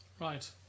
Right